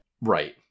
right